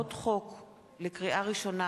לקריאה ראשונה,